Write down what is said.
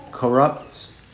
Corrupts